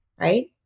Right